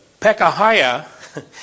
Pekahiah